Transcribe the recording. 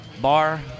Bar